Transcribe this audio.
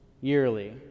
yearly